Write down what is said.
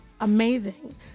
amazing